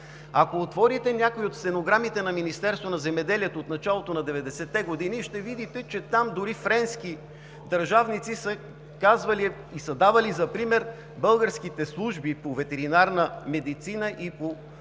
Ако отворите някои от стенограмите на Министерството на земеделието от началото на 90-те години, ще видите, че там дори френски държавници са казвали и са давали за пример българските служби по ветеринарна медицина и по